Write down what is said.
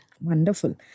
Wonderful